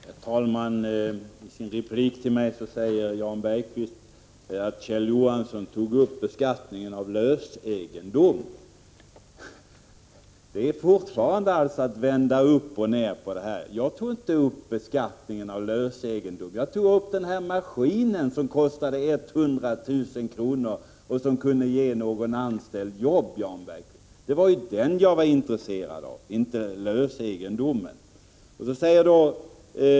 Herr talman! I sin replik till mig säger Jan Bergqvist att jag tar upp beskattningen av lösegendom. Det är att vända upp och ner på det hela! Jag nämnde maskinen som kostade 100 000 kr. och som kunde ge någon anställd jobb. Det var det som jag var intresserad av, inte lösegendomen!